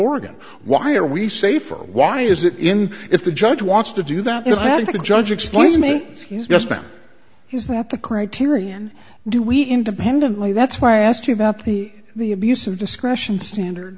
oregon why are we safer why is it in if the judge wants to do that is bad the judge explained to me as he's just been he's that the criterion do we independently that's why i asked you about the the abuse of discretion standard